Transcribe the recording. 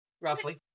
Roughly